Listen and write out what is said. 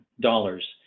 dollars